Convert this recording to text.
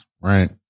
right